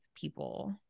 people